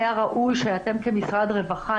היה ראוי שאתם כמשרד רווחה,